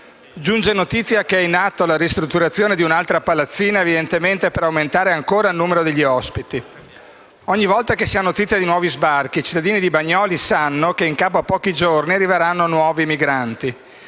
Giunge notizia che è in atto la ristrutturazione di un’altra palazzina, evidentemente per aumentare ancora il numero degli ospiti. Ogni volta che si ha notizia di nuovi sbarchi, i cittadini di Bagnoli di Sopra sanno che, in capo a pochi giorni, arriveranno nuovi migranti.